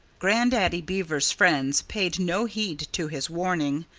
grandaddy beaver's friends paid no heed to his warning.